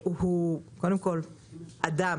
הוא קודם כול אדם